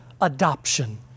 adoption